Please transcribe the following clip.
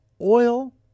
oil